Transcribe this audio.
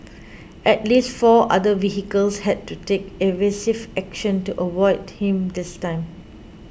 at least four other vehicles had to take evasive action to avoid him this time